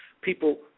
people